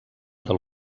del